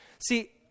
See